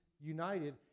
united